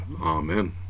Amen